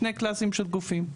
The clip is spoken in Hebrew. שני "קלאסים" של גופים.